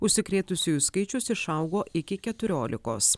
užsikrėtusiųjų skaičius išaugo iki keturiolikos